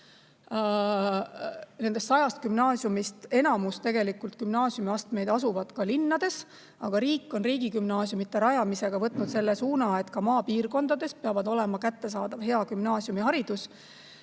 umbes 100 gümnaasiumi jagu. Enamus gümnaasiumiastmeid asub linnades, aga riik on riigigümnaasiumide rajamisega võtnud selle suuna, et ka maapiirkondades peab olema kättesaadav hea gümnaasiumiharidus.